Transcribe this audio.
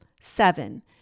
Seven